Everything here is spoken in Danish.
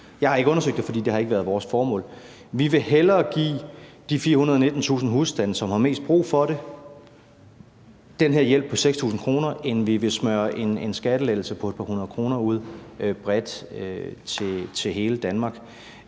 Jeg har ikke undersøgt det, for det har ikke været vores formål. Vi vil hellere give de 419.000 husstande, som har mest brug for det, den her hjælp på 6.000 kr., end vi vil smøre en skattelettelse på et par hundrede kroner ud bredt til hele Danmark.